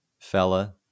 fella